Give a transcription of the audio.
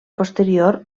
posterior